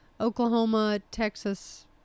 Oklahoma-Texas